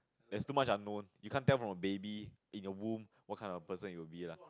there's too much unknown you can't tell from a baby in a womb what kind of person he will be lah